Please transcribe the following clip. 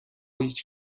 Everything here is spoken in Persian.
هیچ